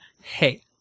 hey